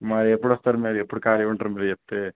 మరి ఎప్పుడోస్తారు మీరు ఎప్పుడు ఖాళీగా ఉంటారు మీరు చెప్తే